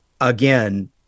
again